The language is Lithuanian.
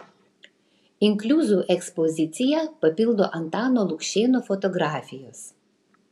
inkliuzų ekspoziciją papildo antano lukšėno fotografijos